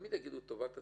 יגידו שזה טובת הציבור,